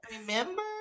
Remember